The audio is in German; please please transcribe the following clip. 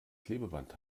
klebeband